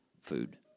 food